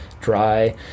dry